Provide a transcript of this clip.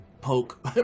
poke